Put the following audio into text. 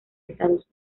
estados